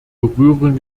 berühren